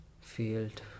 field